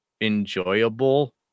Enjoyable